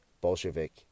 Bolshevik